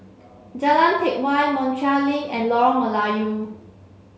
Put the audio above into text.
Jalan Teck Whye Montreal Link and Lorong Melayu